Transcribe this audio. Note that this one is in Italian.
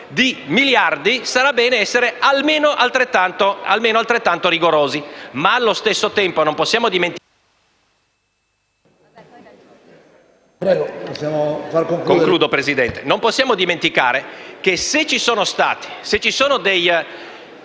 di miliardi, sarà bene essere almeno altrettanto rigorosi. Allo stesso tempo, non possiamo dimenticare che se ci sono stati dei prestiti